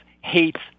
hates